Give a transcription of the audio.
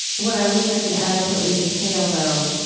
what i wish i could adequately detail, though,